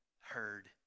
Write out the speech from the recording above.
heard